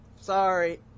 sorry